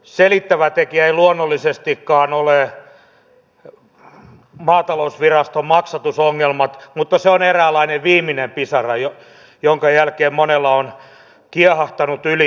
selittävä tekijä ei luonnollisestikaan ole maatalousviraston maksatusongelmat mutta se on eräänlainen viimeinen pisara jonka jälkeen monella on kiehahtanut yli